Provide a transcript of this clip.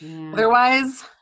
otherwise